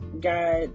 got